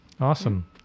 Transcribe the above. Awesome